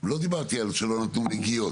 לא דיברתי על זה שלא נתנו נגיעות,